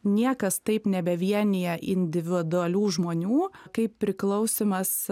niekas taip nebevienija individualių žmonių kaip priklausymas